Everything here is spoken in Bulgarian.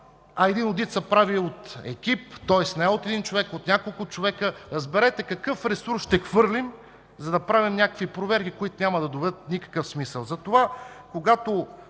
Един одит се прави от екип, тоест не от един човек, а от няколко човека. Разберете, какъв ресурс ще хвърлим, за да правим някакви проверки, които няма да имат никакъв смисъл?